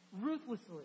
ruthlessly